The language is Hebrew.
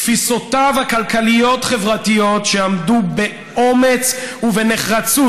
תפיסותיו הכלכליות-חברתיות עמדו באומץ ובנחרצות,